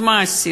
אז מה עשינו?